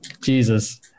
Jesus